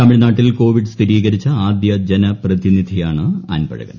തമിഴ്നാട്ടിൽ കോവിഡ് സ്ഥിരീകരിച്ച ആദ്യ ജനപ്പ്രതിനിധിയാണ് അൻപഴകൻ